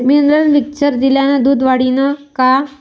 Mineral mixture दिल्यानं दूध वाढीनं का?